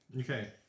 Okay